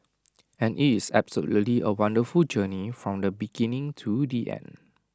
and IT is absolutely A wonderful journey from the beginning to the end